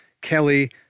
Kelly